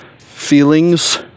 Feelings